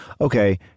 okay